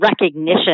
recognition